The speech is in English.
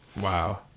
Wow